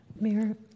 Mayor